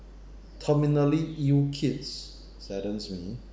terminally ill kids saddens me